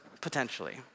potentially